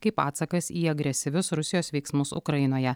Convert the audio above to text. kaip atsakas į agresyvius rusijos veiksmus ukrainoje